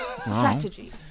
strategy